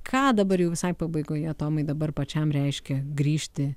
ką dabar jau visai pabaigoje tomai dabar pačiam reiškia grįžti